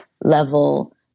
level